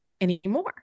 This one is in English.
anymore